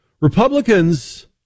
Republicans